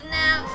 now